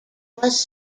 was